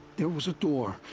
there was a door.